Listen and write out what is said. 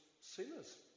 sinners